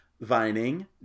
Vining